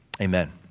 Amen